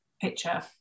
picture